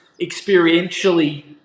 experientially